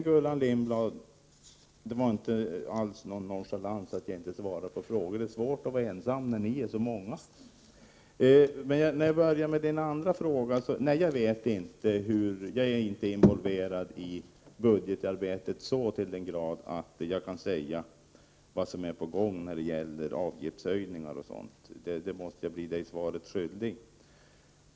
Gullan Lindblad, det var inte alls av nonchalans som jag inte svarade på frågor. Det är svårt att vara ensam när ni är så många. För att börja med den andra frågan är jag inte involverad i budgetarbetet så till den grad att jag kan säga vad som är på gång när det gäller avgiftshöjningar och sådant. Där måste jag bli svaret skyldig.